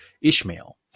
Ishmael